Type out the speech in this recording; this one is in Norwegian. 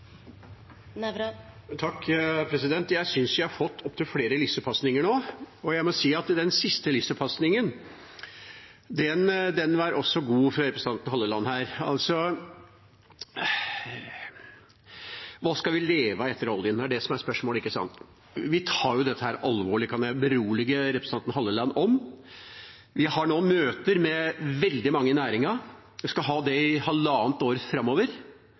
Jeg synes jeg har fått opptil flere lissepasninger nå. Jeg må si at den siste lissepasningen fra representanten Halleland også var god. Hva skal vi leve av etter oljen? Det er det som er spørsmålet, ikke sant. Vi tar dette alvorlig, det kan jeg berolige representanten Halleland med. Vi har nå møter med veldig mange i næringa, vi skal ha det i halvannet år framover,